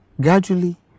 Gradually